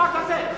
למשפט הזה?